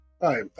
hi